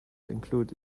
include